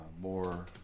more